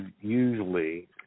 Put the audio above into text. usually